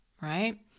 right